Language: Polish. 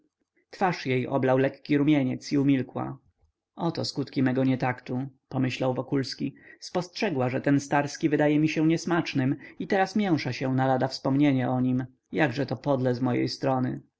twarz jej oblał lekki rumieniec i umilkła oto skutki mego nietaktu pomyślał wokulski spostrzegła że ten starski wydaje mi się niesmacznym i teraz mięsza się na lada wspomnienie o nim jakże to podle z mojej strony